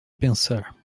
pensar